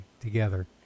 together